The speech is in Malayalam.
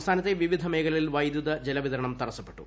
സംസ്ഥാനത്തെ വിവിധ മേഖലകളിൽ വൈദ്യുത ജലവിതരണം തടസ്സപ്പെട്ടു